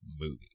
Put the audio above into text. movie